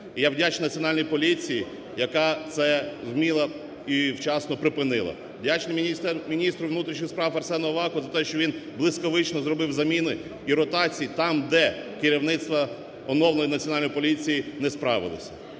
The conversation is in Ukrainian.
я вдячний Національній поліції, яка це вміло і вчасно припинила, вдячний міністру внутрішніх справ Арсену Авакову за те, що він блискавично зробив заміни і ротації там, де керівництво оновленої